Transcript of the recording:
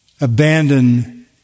abandon